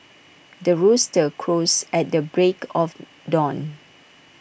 the rooster crows at the break of dawn